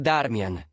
Darmian